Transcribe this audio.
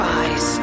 eyes